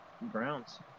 Browns